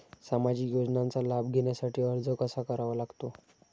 सामाजिक योजनांचा लाभ घेण्यासाठी अर्ज कसा करावा लागतो?